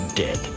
dead